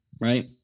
Right